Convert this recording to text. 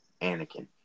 Anakin